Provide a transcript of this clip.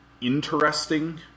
interesting